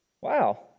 wow